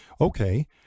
okay